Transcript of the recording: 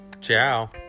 Ciao